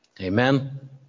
Amen